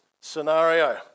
scenario